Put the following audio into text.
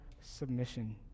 submission